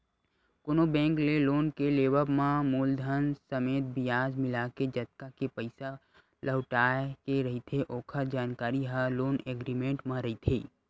कोनो बेंक ले लोन के लेवब म मूलधन समेत बियाज मिलाके जतका के पइसा लहुटाय के रहिथे ओखर जानकारी ह लोन एग्रीमेंट म रहिथे